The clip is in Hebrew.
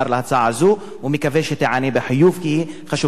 הזו ומקווה שהיא תיענה בחיוב כי היא חשובה מאוד.